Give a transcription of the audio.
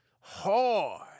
hard